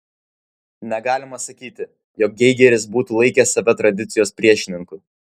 negalima sakyti jog geigeris būtų laikęs save tradicijos priešininku